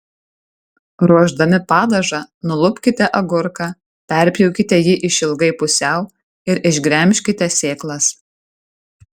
ruošdami padažą nulupkite agurką perpjaukite jį išilgai pusiau ir išgremžkite sėklas